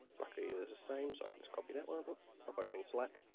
luckily they're the same so i can just copy that one. oh, stop opening slack.